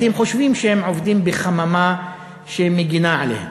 כי הם חושבים שהם עובדים בחממה שמגינה עליהם.